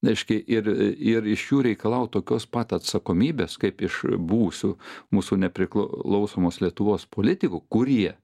reiškia ir ir iš jų reikalaut tokios pat atsakomybės kaip iš buvusių mūsų nepriklausomos lietuvos politikų kurie